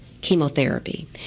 chemotherapy